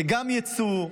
גם יצוא.